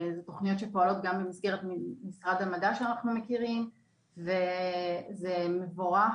אלו תוכניות שפועלות גם במסגרת משרד המדע שאנחנו מכירים וזה מבורך.